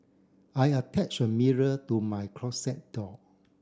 I attached a mirror to my closet door